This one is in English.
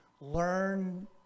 learn